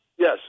Yes